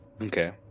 Okay